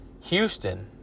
Houston